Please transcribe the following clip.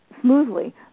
smoothly